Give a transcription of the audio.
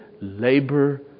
labor